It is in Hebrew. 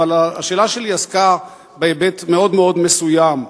אבל השאלה שלי עסקה בהיבט מאוד מאוד מסוים,